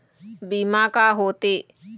बीमा का होते?